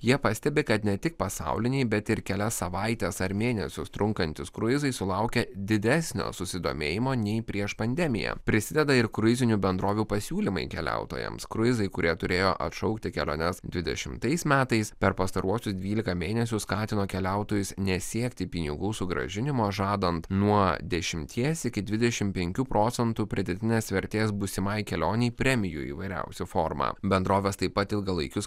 jie pastebi kad ne tik pasauliniai bet ir kelias savaites ar mėnesius trunkantys kruizai sulaukia didesnio susidomėjimo nei prieš pandemiją prisideda ir kruizinių bendrovių pasiūlymai keliautojams kruizai kurie turėjo atšaukti keliones dvidešimtais metais per pastaruosius dvylika mėnesių skatino keliautojus nesiekti pinigų sugrąžinimo žadant nuo dešimties iki dvidešimt penkių procentų pridėtinės vertės būsimai kelionei premijų įvairiausia forma bendrovės taip pat ilgalaikius